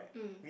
mm